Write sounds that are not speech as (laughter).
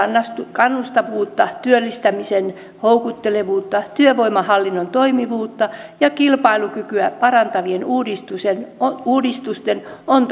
kannustavuutta työllistämisen houkuttelevuutta työvoimahallinnon toimivuutta ja kilpailukykyä parantavien uudistusten uudistusten on (unintelligible)